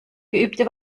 geübte